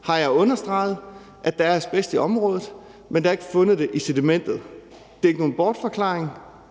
har jeg understreget, at der er asbest i området, men at der ikke er fundet det i sedimentet. Det er ikke nogen bortforklaring;